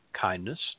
kindness